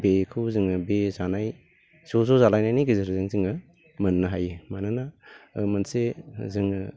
बेखौ जोङो बे जानाय ज' ज' जालायनायनि गेजेरजों जोङो मोननो हायो मानोना मोनसे जोङो